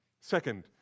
Second